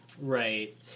Right